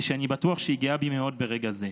ושאני בטוח שהיא גאה בי מאוד ברגע זה,